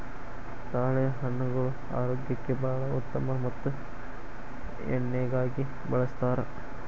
ತಾಳೆಹಣ್ಣುಗಳು ಆರೋಗ್ಯಕ್ಕೆ ಬಾಳ ಉತ್ತಮ ಮತ್ತ ಎಣ್ಣಿಗಾಗಿ ಬಳ್ಸತಾರ